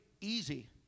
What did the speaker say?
easy